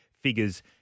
figures